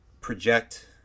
project